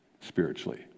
spiritually